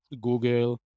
Google